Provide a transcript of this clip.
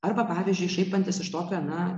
arba pavyzdžiui šaipantis iš tokio na